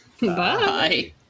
Bye